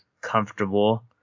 comfortable